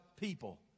people